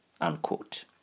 unquote